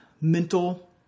mental